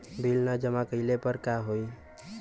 Bill न जमा कइले पर का होई?